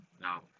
Now